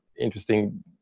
interesting